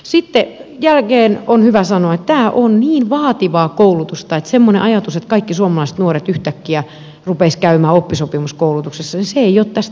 sitten jälleen on hyvä sanoa että tämä on niin vaativaa koulutusta että semmoinen ajatus että kaikki suomalaiset nuoret yhtäkkiä rupeaisivat käymään oppisopimuskoulutuksessa ei ole tästä maailmasta